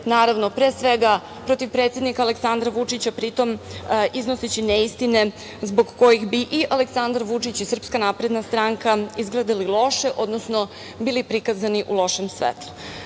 naravno, pre svega, protiv predsednika Aleksandra Vučića, pritom iznoseći neistine zbog kojih bi i Aleksandar Vučić i SNS izgledali loše, odnosno bili prikazani u lošem